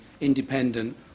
independent